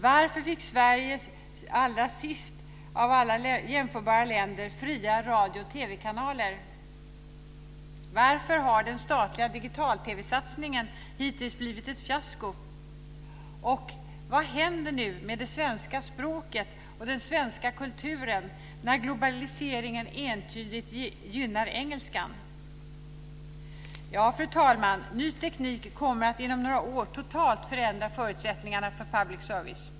Varför fick Sverige allra sist av alla jämförbara länder fria radio och TV-kanaler? Varför har den statliga digital-TV-satsningen hittills varit ett fiasko? Vad händer med det svenska språket och den svenska kulturen när globaliseringen entydigt gynnar engelskan? Fru talman! Ny teknik kommer att inom några år totalt förändra förutsättningarna för public service.